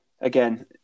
again